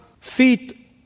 feet